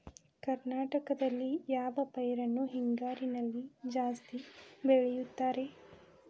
ಕರ್ನಾಟಕದಲ್ಲಿ ಯಾವ ಪೈರನ್ನು ಹಿಂಗಾರಿನಲ್ಲಿ ಜಾಸ್ತಿ ಬೆಳೆಯುತ್ತಾರೆ?